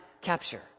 capture